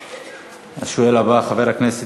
השואל הבא, חבר הכנסת איציק